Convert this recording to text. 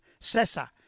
Sessa